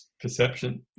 perception